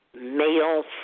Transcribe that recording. male